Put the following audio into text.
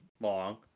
long